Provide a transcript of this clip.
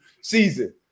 season